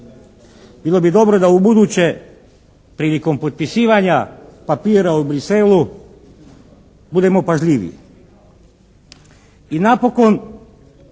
Bilo bi dobro da ubuduće prilikom potpisivanja papira u Bruxellesu budemo pažljiviji i napokon